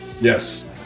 Yes